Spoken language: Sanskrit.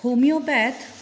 होमियोपेत्